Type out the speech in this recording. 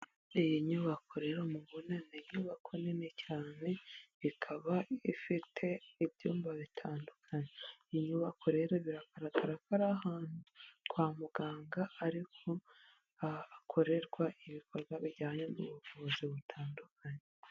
Iyi rero mubona ni nyubako nini cyane ikaba ifite ibyumba bitandukanye, iyi nyubako rero biragaragara ko ari ahantu kwa muganga hakorerwa ibintu bijyanye n'ubuvuzi butandukanye.